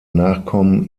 nachkommen